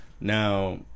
Now